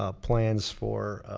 ah plans for.